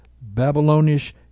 Babylonish